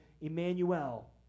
Emmanuel